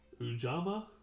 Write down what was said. Ujama